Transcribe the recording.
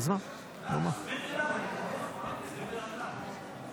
למה לא?